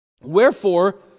Wherefore